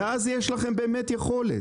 ואז יש לכם באמת יכולת.